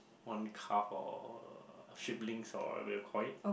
one calf or sheeplings or what you call it